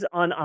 on